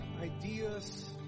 ideas